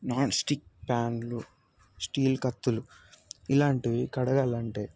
nonstick ప్యాన్లు steel కత్తులు ఇలాంటివి కడగాలి అంటే